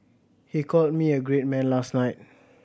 he called me a great man last night